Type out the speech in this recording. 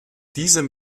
diesem